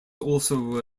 also